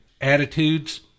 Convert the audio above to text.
attitudes